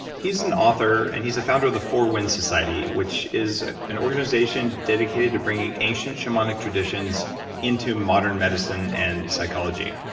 he's an author, and he's the founder of the four winds society, which is an organization dedicated to bringing ancient shamanic traditions into modern medicine and psychology.